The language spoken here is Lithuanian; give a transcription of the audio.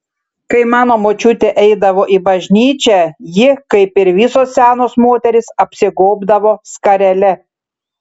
kai mano močiutė eidavo į bažnyčią ji kaip ir visos senos moterys apsigobdavo skarele